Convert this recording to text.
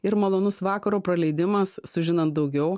ir malonus vakaro praleidimas sužinant daugiau